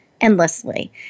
endlessly